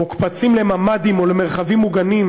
מוקפצים לממ"דים או למרחבים מוגנים,